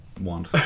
want